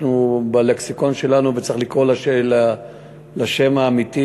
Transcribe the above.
ובלקסיקון שלנו צריך לקרוא בשם האמיתי.